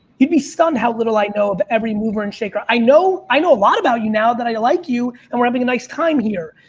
you'd be stunned how little i know of every mover and shaker. i know, i know a lot about you now that i like you and we're having a nice time here,